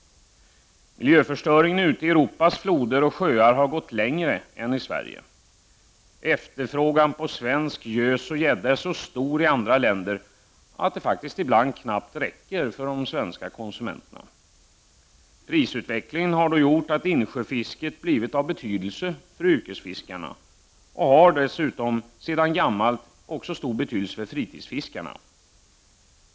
Miljöförstöringen ute i Europas floder och sjöar har gått längre än i Sverige. Efterfrågan på svensk gös och gädda är så stor i andra länder att fisken ibland knappast räcker till för de svenska konsumenterna. Prisutvecklingen har medfört att insjöfisket har blivit av betydelse för yrkesfiskarna. Sedan gammalt har det också stor betydelse för fritidsfiskarna.